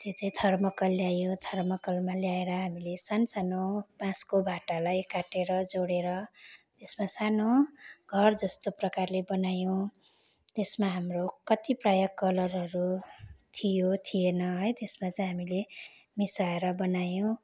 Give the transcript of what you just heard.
त्यो चाहिँ थर्मोकोल ल्यायौँ थर्मोकोलमा ल्याएर हामीले सानसानो बाँसको भाटालाई काटेर जोडेर त्यसमा सानो घर जस्तो प्रकारले बनायौँ त्यसमा हाम्रो कतिपय कलरहरू थियो थिएन है त्यसमा चाहिँ हामीले मिसाएर बनायौँ